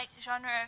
genre